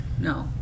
No